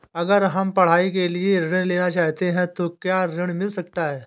अगर हम पढ़ाई के लिए ऋण लेना चाहते हैं तो क्या ऋण मिल सकता है?